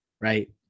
right